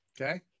Okay